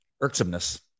Irksomeness